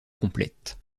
complète